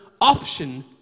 option